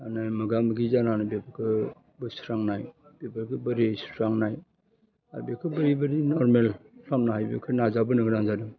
माहोनो मोगा मोगि जानानै बेफोरखो बोस्रांनाय बेफोरखो बोरै सुस्रांनाय आर बेखौ बोरै बायदि नरमेल खालामनो हायो बेखौ नाजाबोनो गोनां जादों